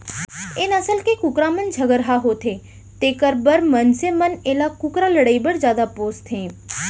ए नसल के कुकरा मन झगरहा होथे तेकर बर मनसे मन एला कुकरा लड़ई बर जादा पोसथें